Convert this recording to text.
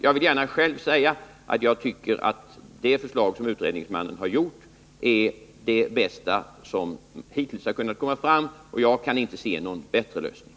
Jag vill gärna säga att jag själv tycker att utredningsmannens förslag är det bästa som hittills lagts fram. Jag kan inte se någon bättre lösning.